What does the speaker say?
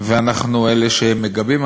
אנחנו אלה שמגבים.